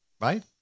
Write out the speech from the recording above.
right